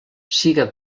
siga